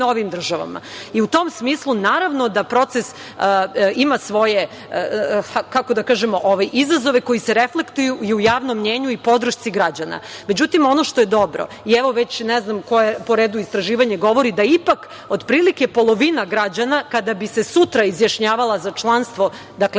novim državama. U tom smislu, naravno, da proces ima svoje izazove koji se reflektuju i u javnom mnjenju i podršci građana.Međutim, ono što je dobro i evo već ne znam koje po redu istraživanje govori da ipak otprilike polovina građana, kada bi se sutra izjašnjavala za članstvo na